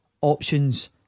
options